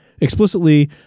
explicitly